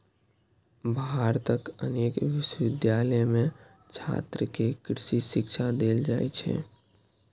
भारतक अनेक विश्वविद्यालय मे छात्र कें कृषि शिक्षा देल जाइ छै